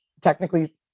technically